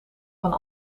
van